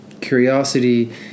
curiosity